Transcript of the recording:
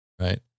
right